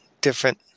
different